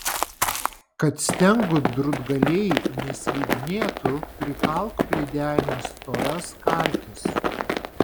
kad stengų drūtgaliai neslidinėtų prikalk prie denio storas kartis